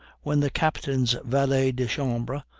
when the captain's valet-de-chambre,